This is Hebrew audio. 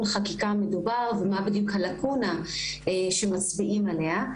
חקיקה מדובר ומה בדיוק הלקונה שמצביעים עליה.